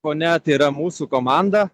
fone tai yra mūsų komanda